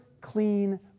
clean